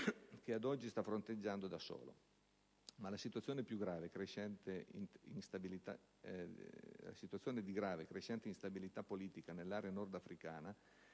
che, ad oggi, sta fronteggiando da solo. Ma la situazione di grave e crescente instabilità politica nell'area nordafricana